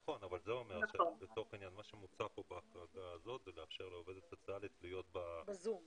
נכון אבל זה אומר שמה שמוצע כאן זה לאפשר לעובדת סוציאלית להיות ב-זום.